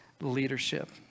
leadership